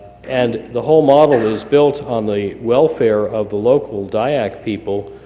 and the whole model is built on the welfare of the local dayak people,